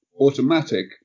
automatic